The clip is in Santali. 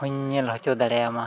ᱦᱚᱧ ᱧᱮᱞ ᱦᱚᱪᱚ ᱫᱟᱲᱮᱭᱟᱢᱟ